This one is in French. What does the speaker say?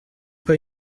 pas